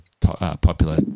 popular